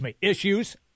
issues